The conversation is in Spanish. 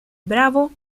bravo